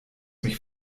mich